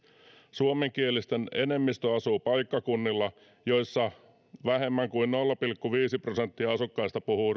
suomenkielisten enemmistö asuu paikkakunnilla joissa vähemmän kuin nolla pilkku viisi prosenttia asukkaista puhuu ruotsia